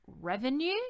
revenue